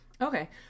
Okay